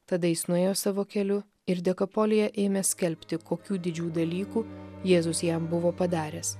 tada jis nuėjo savo keliu ir dekapolyje ėmė skelbti kokių didžių dalykų jėzus jam buvo padaręs